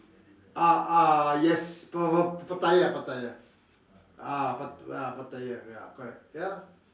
ah ah yes pa~ pa~ pattaya pattaya ah pa~ ah pattaya ya correct ya